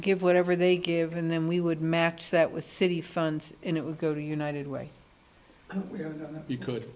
give whatever they give and then we would match that with city funds and it would go to united way where you could